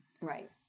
Right